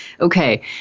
okay